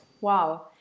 Wow